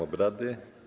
obrady.